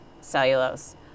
cellulose